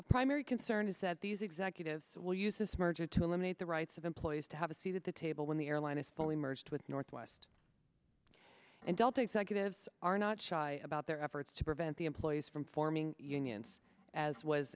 of primary concern is that these executives will use this merger to eliminate the rights of employees to have a seat at the table when the airline is fully merged with northwest and delta executives are not shy about their efforts to prevent the employees from forming unions as was